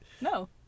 No